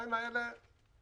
היו